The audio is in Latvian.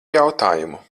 jautājumu